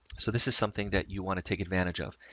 so this is something that you want to take advantage of.